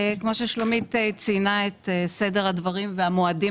כמו ששלומית ציינה את סדר הדברים והמועדים